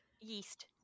Yeast